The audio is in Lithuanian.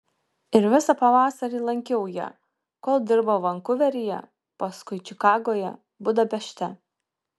ir visą pavasarį lankiau ją kol dirbo vankuveryje paskui čikagoje budapešte